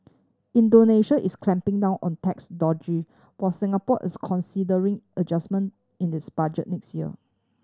Indonesia is clamping down on tax dodger while Singapore is considering adjustment in its budget next year